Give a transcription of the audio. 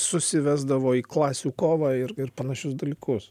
susivesdavo į klasių kovą ir ir panašius dalykus